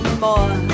more